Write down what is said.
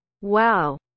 Wow